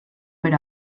per